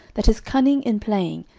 that is cunning in playing,